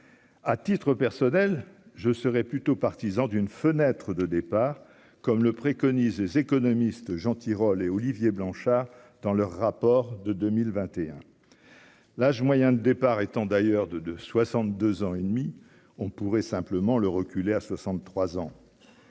à titre personnel, je serais plutôt partisan d'une fenêtre de départ comme le préconise, économiste, Jean Tirole et Olivier Blanchard, dans leur rapport de 2021, l'âge moyen de départ étant d'ailleurs de de 62 ans et demi on pourrait simplement le reculé à 63 ans.